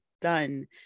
done